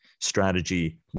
strategy